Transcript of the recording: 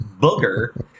booger